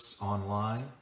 online